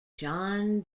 john